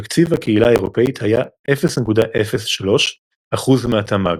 תקציב הקהילה האירופית היה 0.03 אחוז מהתמ"ג.